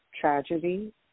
tragedy